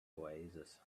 oasis